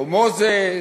או מוזס,